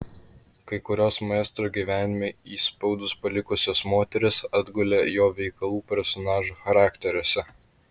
kai kurios maestro gyvenime įspaudus palikusios moterys atgulė jo veikalų personažų charakteriuose